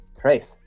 Trace